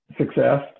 success